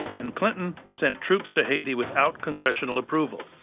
and clinton sent troops to haiti without congressional approval.